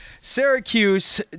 Syracuse